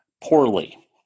poorly